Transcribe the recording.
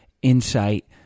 insight